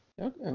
Okay